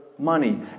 Money